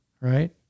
right